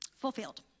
fulfilled